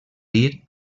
dir